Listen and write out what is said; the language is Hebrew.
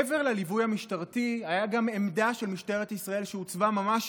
מעבר לליווי המשטרתי הייתה גם עמדה של משטרת ישראל שהוצבה ממש